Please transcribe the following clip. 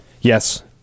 Yes